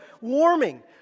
warming